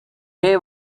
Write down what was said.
hay